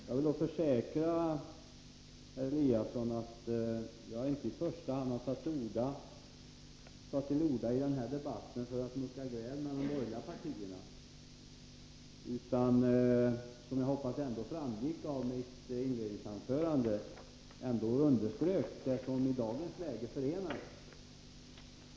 Jag vill försäkra herr Eliasson att jag inte i första hand tar till orda i den här debatten för att mucka gräl med de borgerliga partierna utan, som jag hoppas framgick av mitt inledningsanförande, underströk det som i dagens läge förenar oss.